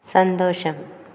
സന്തോഷം